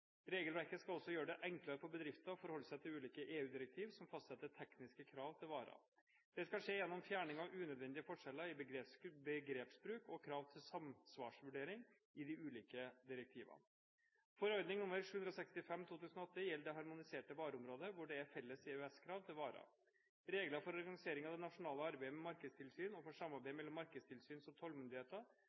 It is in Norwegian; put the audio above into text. Regelverket skal også gjøre det enklere for bedrifter å forholde seg til ulike EU-direktiver som fastsetter tekniske krav til varer. Dette skal skje gjennom fjerning av unødvendige forskjeller i begrepsbruk og krav til samsvarsvurdering i de ulike direktivene. Forordning nr. 765/2008 gjelder det harmoniserte vareområdet, hvor det er felles EØS-krav til varer. Regler for organisering av det nasjonale arbeidet med markedstilsyn og for samarbeid mellom markedstilsyns- og tollmyndigheter